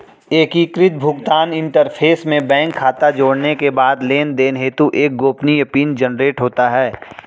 एकीकृत भुगतान इंटरफ़ेस में बैंक खाता जोड़ने के बाद लेनदेन हेतु एक गोपनीय पिन जनरेट होता है